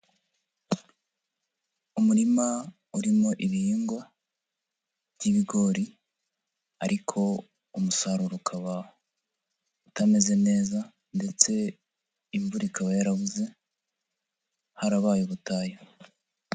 Umurima urimo ibihingwa by'ibigori ariko umusaruro ukaba utameze neza ndetse imvura ikaba yarabuze, harabaye ubutayu.